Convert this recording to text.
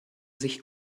sich